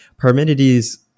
Parmenides